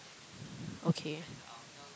okay